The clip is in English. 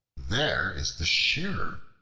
there is the shearer,